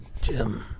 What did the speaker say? Jim